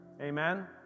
Amen